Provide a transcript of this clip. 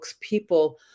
people